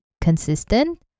consistent